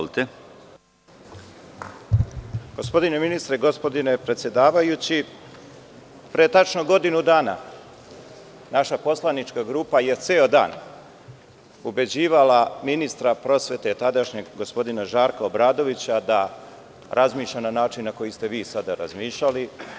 Gospodine ministre, gospodine predsedavajući, pre tačno godinu dana naša poslanička grupa je ceo dan ubeđivala tadašnjeg ministra prosvete, gospodina Žarka Obradovića, da razmišlja na način na koji ste vi sada razmišljali.